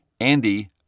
Andy